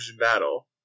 battle